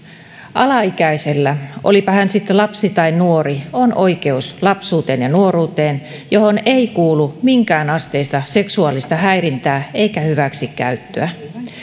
alaikäisellä olipa hän sitten lapsi tai nuori on oikeus lapsuuteen ja nuoruuteen johon ei kuulu minkäänasteista seksuaalista häirintää eikä hyväksikäyttöä